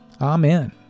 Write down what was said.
Amen